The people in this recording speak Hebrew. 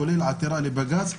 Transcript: כולל עתירה לבג"צ,